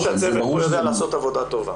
מסתבר שהצוות פה יודע לעשות עבודה טובה.